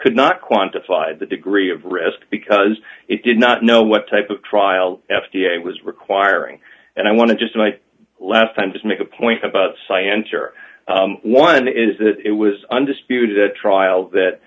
could not quantified the degree of risk because it did not know what type of trial f d a was requiring and i want to just one last time just make a point about science or one is that it was undisputed trial that